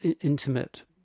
intimate